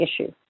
issue